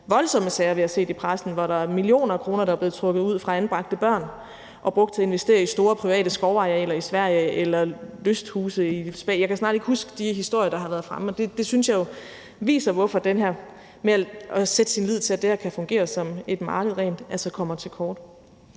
set i pressen, hvor der er millioner af kroner, der er blevet trukket ud og væk fra anbragte børn og brugt til at investere i store private skovarealer i Sverige eller lysthuse. Jeg kan snart ikke huske de historier, der har været fremme, men jeg synes jo, det viser, hvorfor det her med at sætte sin lid til, at det her kan fungere som et rent marked, altså kommer til kort.